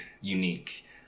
unique